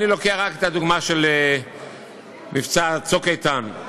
אני לוקח רק את הדוגמה של מבצע "צוק איתן".